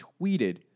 tweeted